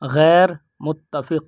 غیر متفق